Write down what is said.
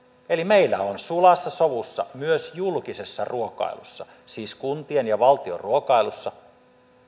eli meillä on sulassa sovussa myös julkisessa ruokailussa siis kuntien ja valtion ruokailussa